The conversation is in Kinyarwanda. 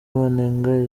banenga